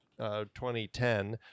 2010